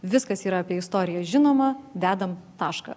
viskas yra apie istoriją žinoma dedam tašką